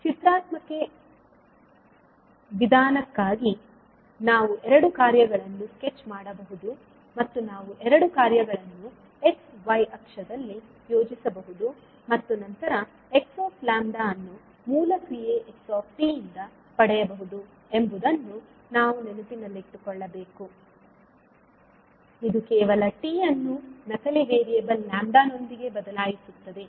ಚಿತ್ರಾತ್ಮಕ ವಿಧಾನಕ್ಕಾಗಿ ನಾವು ಎರಡೂ ಕಾರ್ಯಗಳನ್ನು ಸ್ಕೆಚ್ ಮಾಡಬಹುದು ಮತ್ತು ನಾವು ಎರಡೂ ಕಾರ್ಯಗಳನ್ನು x y ಅಕ್ಷದಲ್ಲಿ ಯೋಜಿಸಬಹುದು ಮತ್ತು ನಂತರ 𝑥𝜆 ಅನ್ನು ಮೂಲ ಕ್ರಿಯೆ 𝑥𝑡 ಯಿಂದ ಪಡೆಯಬಹುದು ಎಂಬುದನ್ನು ನಾವು ನೆನಪಿನಲ್ಲಿಡಬೇಕು ಇದು ಕೇವಲ 𝑡 ಯನ್ನು ನಕಲಿ ವೇರಿಯೇಬಲ್ 𝜆 ನೊಂದಿಗೆ ಬದಲಾಯಿಸುತ್ತದೆ